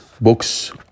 Books